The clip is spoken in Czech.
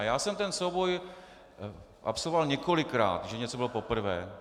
Já jsem ten souboj absolvoval několikrát, že něco bylo poprvé.